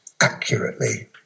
accurately